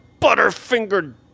butterfingered